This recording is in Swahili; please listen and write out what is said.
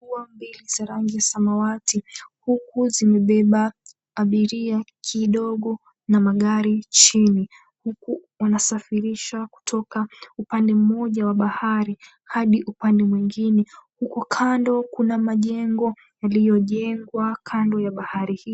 Kubwa mbili za rangi samawati huku zimebeba abiria kidogo na magari chini. Huku wanasafirisha kutoka upande mmoja wa bahari hadi upande mwengine huko kando kuna majengo yaliyojengwa kando ya bahari hii.